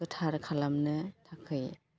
गोथार खालामनो थाखाय